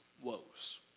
woes